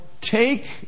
take